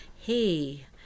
hey